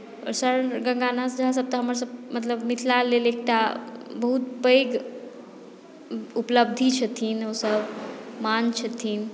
आ सर गङ्गानाथ झा सभ तऽ हमरसभ मतलब मिथिला लेल एकटा बहुत पैघ उपलब्धि छथिन ओसभ मान छथिन